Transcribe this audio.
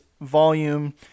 volume